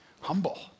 humble